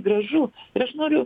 gražu ir aš noriu